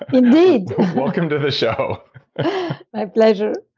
indeed welcome to the show my pleasure